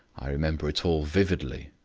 i remember it all vividly,